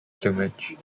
plumage